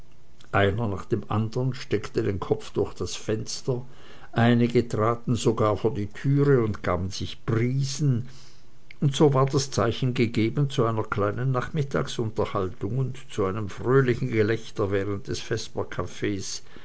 einer nach dem andern steckte den kopf durch das fenster einige traten sogar vor die türe und gaben sich prisen und so war das zeichen gegeben zu einer kleinen nachmittagsunterhaltung und zu einem fröhlichen gelächter während des